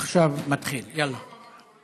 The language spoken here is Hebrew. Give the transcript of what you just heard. עכשיו מתחיל, יאללה.